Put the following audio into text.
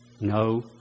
No